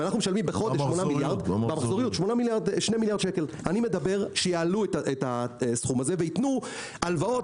אני מדבר שיעלו את הסכום הזה וייתנו הלוואות